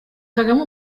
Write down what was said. kagame